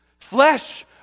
flesh